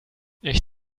ich